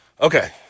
Okay